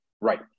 Right